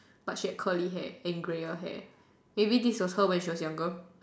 but she had curly hair and grayer hair maybe this was her when she was younger